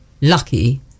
lucky